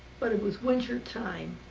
but it was winter time,